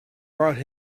brought